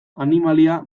animalia